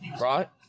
right